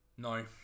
No